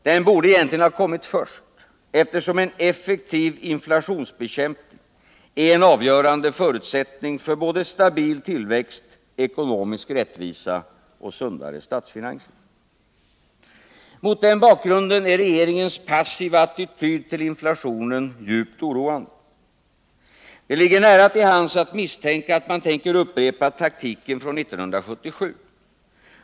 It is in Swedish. Den borde egentligen ha kommit först, eftersom en effektiv inflationsbekämpning är en avgörande förutsättning för både stabil tillväxt, ekonomisk rättvisa och sundare statsfinanser. Mot den bakgrunden är regeringens passiva attityd gentemot inflationen djupt oroande. Det ligger nära till hands att misstänka att man tänker upprepa taktiken från 1977.